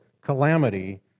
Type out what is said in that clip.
calamity